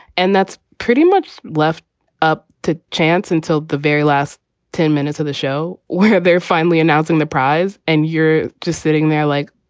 and that's pretty much left up to chance until the very last ten minutes of the show where they're finally announcing the prize. and you're just sitting there like,